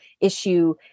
issue